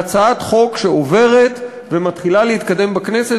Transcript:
והצעת חוק שעוברת ומתחילה להתקדם בכנסת